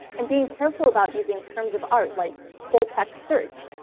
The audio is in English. and being careful about using terms of art, like full-text search,